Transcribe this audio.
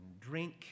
drink